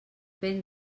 ben